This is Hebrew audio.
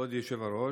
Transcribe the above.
כבוד היושב-ראש,